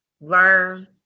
Learn